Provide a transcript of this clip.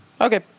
Okay